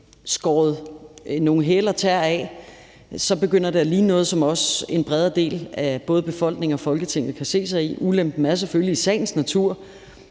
klippet nogle tæer, begynder det at ligne noget, som også en bredere del af både befolkningen og Folketinget kan se sig i. Ulempen er selvfølgelig i sagens natur,